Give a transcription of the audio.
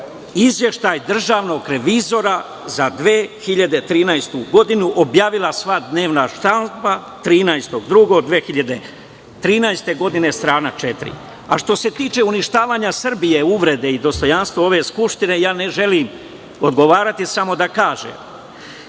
Izveštaj Državnog revizora za 2013. godinu, objavila sva dnevna štampa 13. februara 2013. godine, strana četiri. Što se tiče uništavanja Srbije, uvrede i dostojanstva ove skupštine, ne želim odgovarati, sam oda kažem